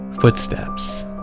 footsteps